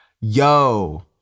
yo